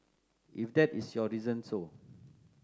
if that is your reason so